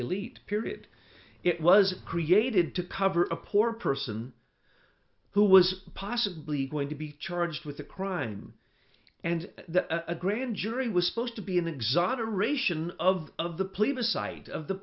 elite period it was created to cover a poor person who was possibly going to be charged with a crime and a grand jury was supposed to be an exaggeration of of the plebiscite of the